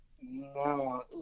no